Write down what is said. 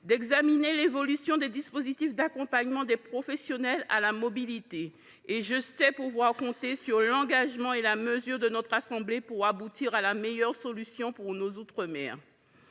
d’examiner l’évolution des dispositifs d’accompagnement des professionnels à la mobilité. Or je sais pouvoir compter sur l’engagement et la mesure de la Haute Assemblée pour aboutir à la meilleure solution pour nos outre mer.